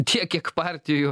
tiek kiek partijų